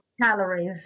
calories